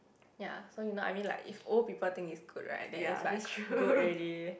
ya so you know I mean like if old people think is good right then is like good already